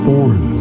Born